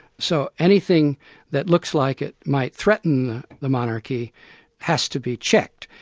so anything that looks like it might threaten the monarchy has to be checked.